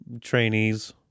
trainees